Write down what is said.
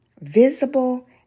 visible